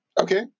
Okay